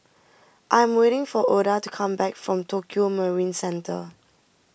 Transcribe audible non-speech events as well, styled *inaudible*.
I am waiting for *noise* Ouida to come back from Tokio Marine Centre